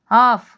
off